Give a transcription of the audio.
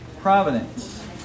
Providence